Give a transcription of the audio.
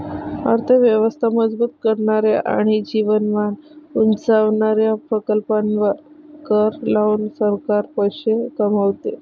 अर्थ व्यवस्था मजबूत करणाऱ्या आणि जीवनमान उंचावणाऱ्या प्रकल्पांवर कर लावून सरकार पैसे कमवते